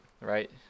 right